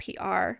PR